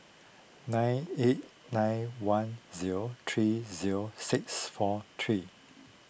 nine eight nine one zero three zero six four three